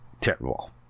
terrible